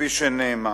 כפי שנאמר.